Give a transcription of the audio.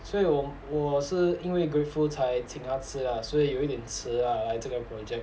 所以我我是因为 grateful 才请他吃啦所以有一点迟啊 like 这个 project